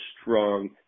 strong